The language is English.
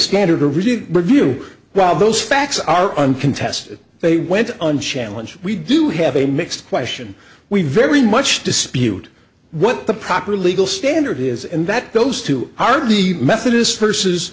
standard to really review while those facts are uncontested they went unchallenged we do have a mixed question we very much dispute what the proper legal standard is and that those two are the methodists versus